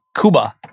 Cuba